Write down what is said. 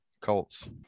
Colts